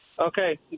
Okay